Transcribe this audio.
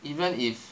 even if